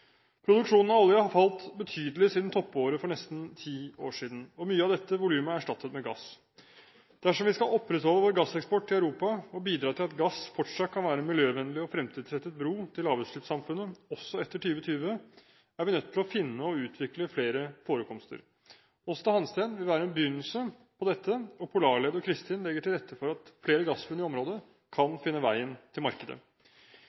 Produksjonen av olje har falt betydelig siden toppåret for nesten ti år siden, og mye av dette volumet er erstattet med gass. Dersom vi skal opprettholde vår gasseksport til Europa og bidra til at gass fortsatt kan være en miljøvennlig og fremtidsrettet bro til lavutslippssamfunnet, også etter 2020, er vi nødt til å finne og utvikle flere forekomster. Aasta Hansteen vil være en begynnelse på dette, og Polarled og Kristin legger til rette for at flere gassfunn i området kan finne veien til markedet.